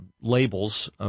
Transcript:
labels